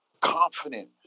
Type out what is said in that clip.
Confident